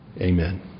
Amen